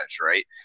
right